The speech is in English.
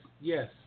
yes